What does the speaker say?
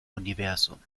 universum